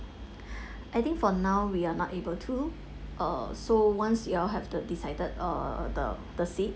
I think for now we are not able to err so once you all have the decided err the the seat